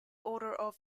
order